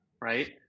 right